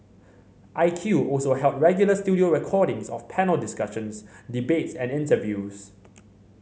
I Q also held regular studio recordings of panel discussions debates and interviews